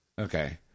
Okay